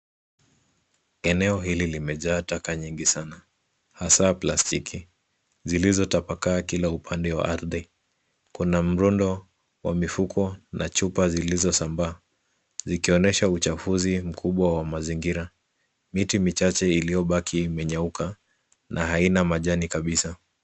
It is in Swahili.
Eneo hili limejaa taka nyingi sana, hasaa plastiki zilizotapakaa kila upande wa ardhi. Kuna mrundo wa mifuko na chupa zilizosambaa, zikionyesha uchafuzi mkubwa wa mazingira. Miti michache iliyobaki imenyauka na haina majani kabisa.